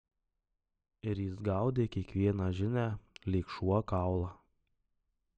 ir jis gaudė kiekvieną žinią lyg šuo kaulą